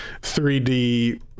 3D